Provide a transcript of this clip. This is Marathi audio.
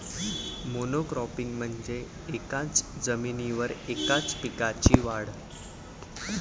मोनोक्रॉपिंग म्हणजे एकाच जमिनीवर एकाच पिकाची वाढ